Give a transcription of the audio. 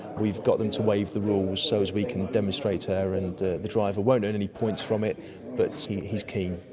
we've got them to waive the rules so as we can demonstrate her, and the the driver won't earn any points from it but he's keen.